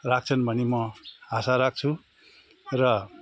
राख्छन् भनी म आशा राख्छु र